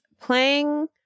playing